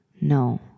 no